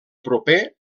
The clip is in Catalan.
proper